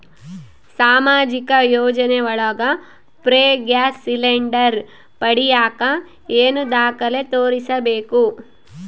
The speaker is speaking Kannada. ಸಾಮಾಜಿಕ ಯೋಜನೆ ಒಳಗ ಫ್ರೇ ಗ್ಯಾಸ್ ಸಿಲಿಂಡರ್ ಪಡಿಯಾಕ ಏನು ದಾಖಲೆ ತೋರಿಸ್ಬೇಕು?